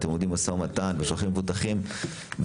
ואתם עומדים במשא ומתן ושולחים מבוטחים ומורידים